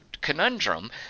conundrum